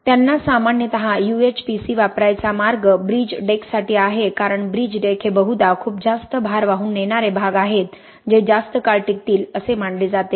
त्यांना सामान्यतः UHPC वापरायचा मार्ग ब्रिज डेकसाठी आहे कारण ब्रिज डेक हे बहुधा खूप जास्त भार वाहून नेणारे भाग आहेत जे जास्त काळ टिकतील असे मानले जाते